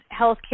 healthcare